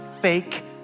fake